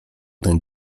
ten